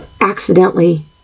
accidentally